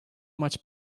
much